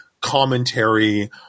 commentary